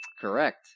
Correct